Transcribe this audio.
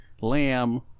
lamb